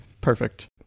perfect